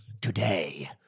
today